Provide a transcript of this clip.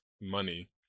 money